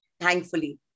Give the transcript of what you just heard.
Thankfully